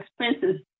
expenses